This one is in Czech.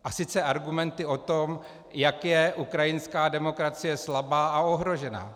A sice argumenty o tom, jak je ukrajinská demokracie slabá a ohrožená.